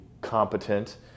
competent